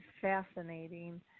fascinating